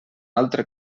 altre